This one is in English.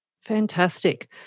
Fantastic